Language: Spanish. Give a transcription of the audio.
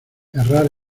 errar